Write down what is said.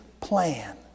plan